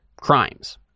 crimes